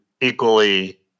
equally